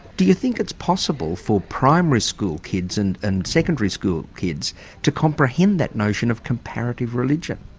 do you think it's possible for primary school kids and and secondary school kids to comprehend that notion of comparative religion?